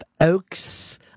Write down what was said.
Oaks